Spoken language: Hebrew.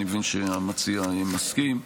אני מבין שהמציע מסכים,